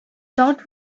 thought